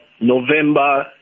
November